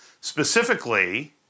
specifically